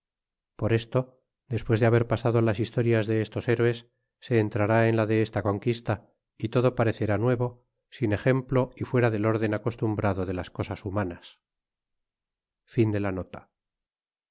por esto despues de haber pasado las historias de hestos héroes se entrará en la de esta conquista y todo parecerá nuevo sin ejemplo y fuera del orden acostumbrado de las cosas humanas